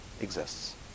exists